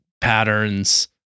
patterns